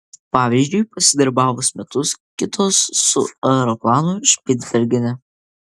pavyzdžiui pasidarbavus metus kitus su aeroplanu špicbergene